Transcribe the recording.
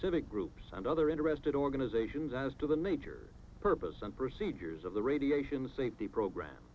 civic groups and other interested organizations as to the major purpose and procedures of the radiation safety program